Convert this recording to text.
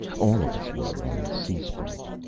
all of us were on the sea sprite.